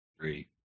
three